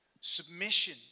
Submission